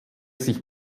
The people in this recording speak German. sich